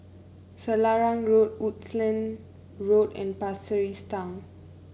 Selarang Road Woodlands Road and Pasir Ris Town